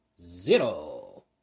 zero